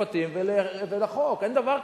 ולכן,